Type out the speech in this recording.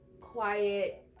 quiet